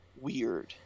weird